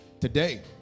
Today